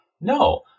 No